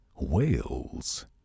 whales